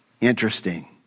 Interesting